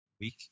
week